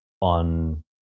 on